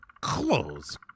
Close